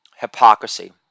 hypocrisy